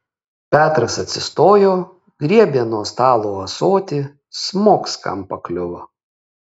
petras atsistojo griebė nuo stalo ąsotį smogs kam pakliuvo